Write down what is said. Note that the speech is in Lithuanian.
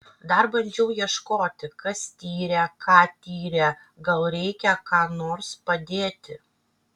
dar bandžiau ieškoti kas tyrė ką tyrė gal reikia ką nors padėti